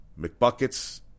McBuckets